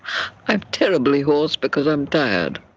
i'm terribly hoarse because i'm tired.